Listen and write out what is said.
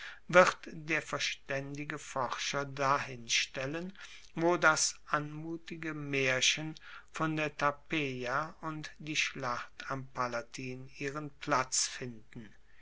wird der verstaendige forscher dahin stellen wo das anmutige maerchen von der tarpeia und die schlacht am palatin ihren platz finden